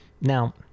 Now